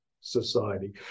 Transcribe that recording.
society